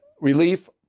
relief